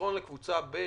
מסרון לקבוצה ב',